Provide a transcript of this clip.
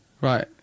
Right